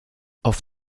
auf